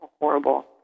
horrible